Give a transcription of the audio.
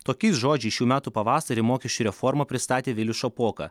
tokiais žodžiais šių metų pavasarį mokesčių reformą pristatė vilius šapoka